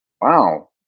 wow